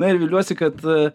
na ir viliuosi kad